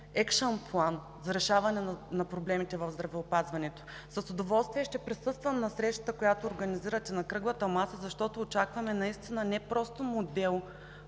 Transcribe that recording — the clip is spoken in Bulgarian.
екшънплан за решаване на проблемите в здравеопазването. С удоволствие ще присъствам на срещата, която организирате, на кръглата маса, защото очакваме не просто модел,